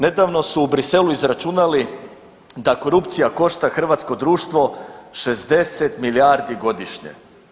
Nedavno su u Bruxellesu izračunali da korupcija košta hrvatsko društvo 60 milijardi godišnje.